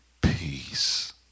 peace